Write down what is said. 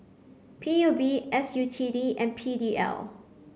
P U B S U T D and P D L